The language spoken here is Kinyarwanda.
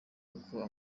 uko